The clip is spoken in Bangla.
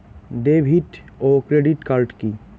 ডেভিড ও ক্রেডিট কার্ড কি?